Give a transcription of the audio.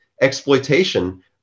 exploitation